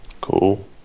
cool